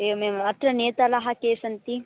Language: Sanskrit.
एवम् एवम् अत्र नेतारः के सन्ति